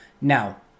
Now